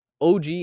OG